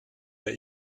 herr